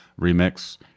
Remix